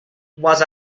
was